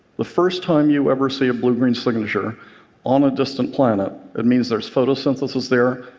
the first time you ever see a blue-green signature on a distant planet, it means there's photosynthesis there,